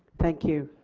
thank you.